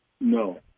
No